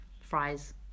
Fries